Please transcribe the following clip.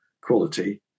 quality